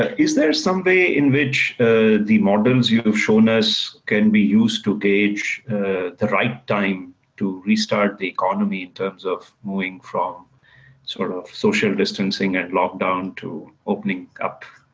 ah is there some way ah in which ah the models you've you've shown us can be used to gauge the right time to restart the economy in terms of moving from sort of social distancing and lockdown to opening up?